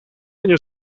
año